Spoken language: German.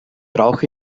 rauche